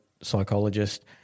psychologist